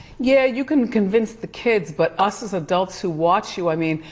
yeah, you can convince the kids, but us as adults who watch you, i mean,